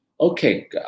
Okay